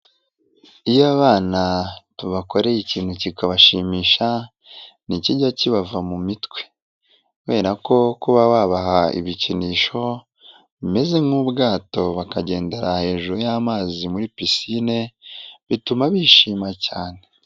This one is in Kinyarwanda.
Iyo abana tubakoreye ikintu kikabashimisha, ntikijya kibava mu mitwe, kubera ko kuba babaha ibikinisho bimeze nk'ubwato, bakagendera hejuru y'amazi muri pisine bituma bishima cyane.